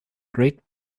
great